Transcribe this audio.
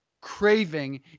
craving